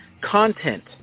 content